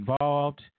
involved